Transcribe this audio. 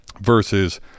versus